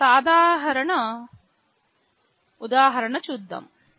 ఒక సాధారణ ఉదాహరణ చూపిద్దాం